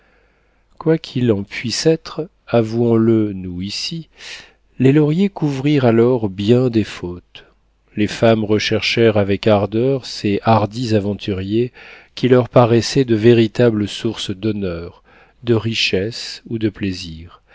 qu'il en puisse être avouons le nous ici les lauriers couvrirent alors bien des fautes les femmes recherchèrent avec ardeur ces hardis aventuriers qui leur paraissaient de véritables sources d'honneurs de richesses ou de plaisirs